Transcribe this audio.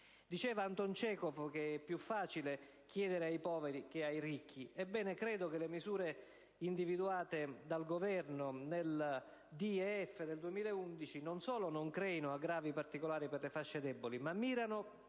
Diceva Anton Cechov che è più facile chiedere ai poveri che ai ricchi. Ebbene, credo che le misure individuate dal Governo nel DEF 2011 non solo non creino aggravi particolari per le fasce deboli, ma mirano